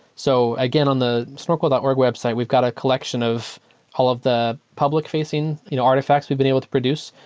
so again, on the snorkel dot org website, we've got a collection of all of the public-facing you know artifacts we've been able to produce.